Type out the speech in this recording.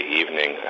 evening